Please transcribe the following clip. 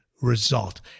result